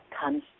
comes